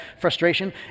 frustration